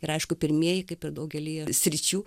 ir aišku pirmieji kaip ir daugelyje sričių